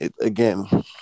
again